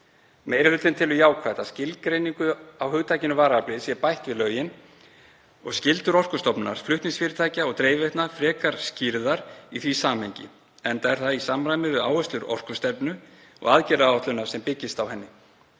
Meiri hlutinn telur jákvætt að skilgreiningu á hugtakinu varaafl sé bætt við lögin og skyldur Orkustofnunar, flutningsfyrirtækja og dreifiveitna frekar skýrðar í því samhengi, enda er það í samræmi við áherslur orkustefnu og aðgerðaáætlunar sem byggist á henni.